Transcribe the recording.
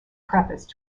preface